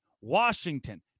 Washington